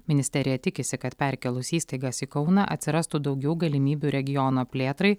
ministerija tikisi kad perkėlus įstaigas į kauną atsirastų daugiau galimybių regiono plėtrai